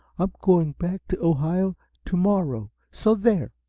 i'm going back to ohio to-morrow, so there!